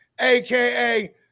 AKA